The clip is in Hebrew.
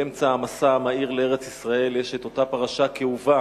באמצע המסע המהיר לארץ-ישראל ישנה אותה פרשה כאובה